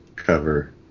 Cover